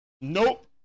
Nope